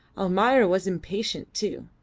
almayer was impatient too.